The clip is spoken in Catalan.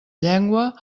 llengua